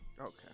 Okay